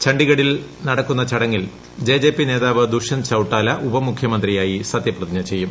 ഛണ്ഡീഗഢിൽ നാളെ നടക്കുന്ന ചടങ്ങിൽ ജെജെപി നേതാവ് ദുഷ്യന്ത് ചൌട്ടാല ഉപമുഖ്യമന്ത്രിയായി സത്യപ്രതിജ്ഞ ചെയ്യും